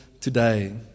today